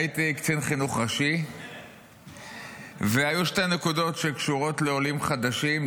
הייתי קצין חינוך ראשי והיו שתי נקודות שקשורות לעולים חדשים,